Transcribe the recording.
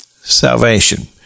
salvation